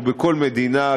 כמו בכל מדינה,